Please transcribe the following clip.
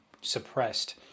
suppressed